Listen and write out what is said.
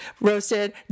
roasted